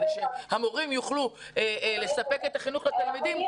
כדי שהמורים יוכלו לספק את החינוך לתלמידים,